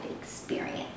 experience